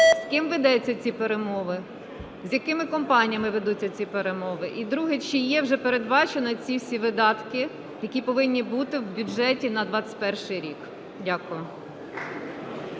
З ким ведуться ці перемови? З якими компаніями ведуться ці перемови? І друге. Чи є вже передбачені ці всі видатки, які повинні бути в бюджеті на 21-й рік? Дякую.